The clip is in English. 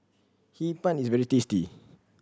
Hee Pan is very tasty